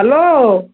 hello